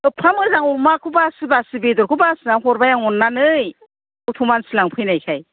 एफफा मोजां अमाखौ बासि बासि बेदरखौ बासिनानै हरबाय आं अननानै गथ' मानसि लांफैनायखाय